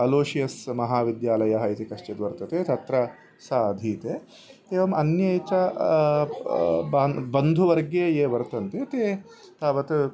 Aloysius महाविद्यालयः इति कश्चित् वर्तते तत्र सा अधीता एवम् अन्ये च बान् बन्धुवर्गे ये वर्तन्ते ते तावत्